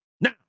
Now